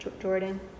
Jordan